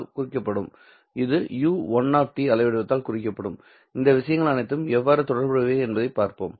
இது u1 அலைவடிவத்தால் குறிக்கப்படும் இந்த விஷயங்கள் அனைத்தும் எவ்வாறு தொடர்புடையவை என்பதைப் பார்ப்போம்